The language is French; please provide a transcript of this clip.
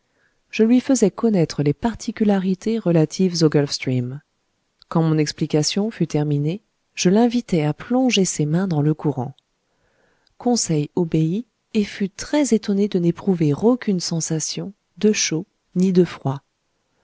je lui faisais connaître les particularités relatives au gulf stream quand mon explication fut terminée je l'invitai a plonger ses mains dans le courant conseil obéit et fut très étonné de n'éprouver aucune sensation de chaud ni de froid